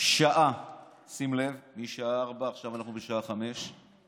שים לב, משעה 16:00, עכשיו אנחנו בשעה 17:00,